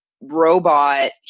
robot